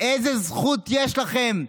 איזו זכות יש לכם?